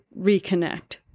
reconnect